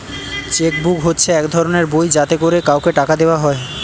check book হচ্ছে এক ধরনের বই যাতে করে কাউকে টাকা দেওয়া হয়